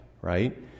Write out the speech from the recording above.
right